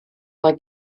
mae